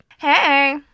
Hey